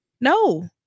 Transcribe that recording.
No